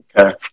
Okay